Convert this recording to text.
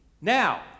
Now